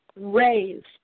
raised